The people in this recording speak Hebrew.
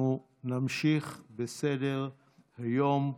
נמשיך בסדר-היום.